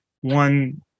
One